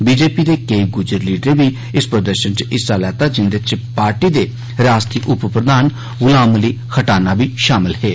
माजपा दे केई गुज्जर लीडरे बी इस प्रदर्शन च हिस्सा लैता जिंदे च पार्टी दे रिआसती उपप्रधान गुलाम अली खटाना बी शामल हे